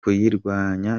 kuyirwanya